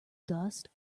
dust